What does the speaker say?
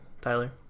Tyler